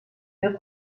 deux